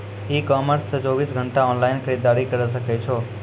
ई commerce से चौबीस घंटा ऑनलाइन खरीदारी करी सकै छो